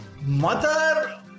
Mother